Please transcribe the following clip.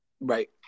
Right